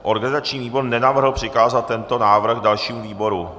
Organizační výbor nenavrhl přikázat tento návrh dalšímu výboru.